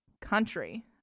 country